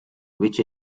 which